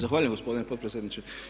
Zahvaljujem gospodine potpredsjedniče.